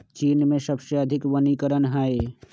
चीन में सबसे अधिक वनीकरण हई